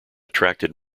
attracted